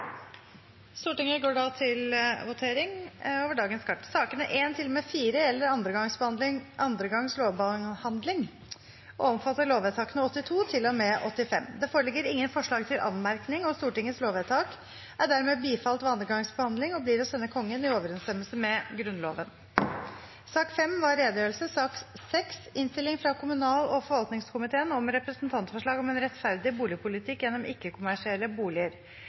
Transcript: Stortinget går da til votering over sakene på dagens kart. Sakene nr. 1–4 er andre gangs behandling av lover og gjelder lovvedtakene 82 til og med 85. Det foreligger ingen forslag til anmerkning. Stortingets lovvedtak er dermed bifalt ved andre gangs behandling og blir å sende Kongen i overensstemmelse med Grunnloven. Sak nr. 5 var en redegjørelse.